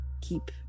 keep